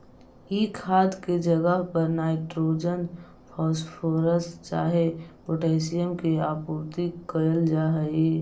ई खाद के जगह पर नाइट्रोजन, फॉस्फोरस चाहे पोटाशियम के आपूर्ति कयल जा हई